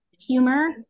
humor